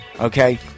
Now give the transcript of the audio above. okay